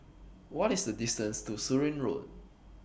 What IS The distance to Surin Road